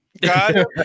God